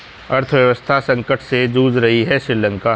अर्थव्यवस्था संकट से जूझ रहा हैं श्रीलंका